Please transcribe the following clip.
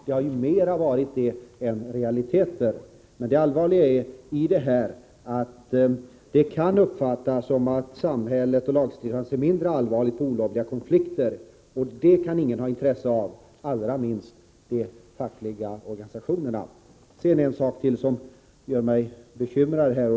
Det har ju mera gällt det än realiteter. Men det oroande är att det här kan uppfattas så att samhället och lagstiftarens ser mindre allvarligt på olagliga konflikter. Det kan ingen ha intresse av, allra minst de fackliga organisationerna. Det är en sak till som gör mig bekymrad.